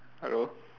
hello